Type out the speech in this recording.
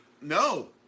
No